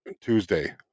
Tuesday